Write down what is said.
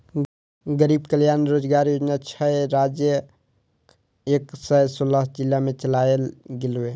गरीब कल्याण रोजगार योजना छह राज्यक एक सय सोलह जिला मे चलायल गेलै